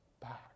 back